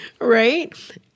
right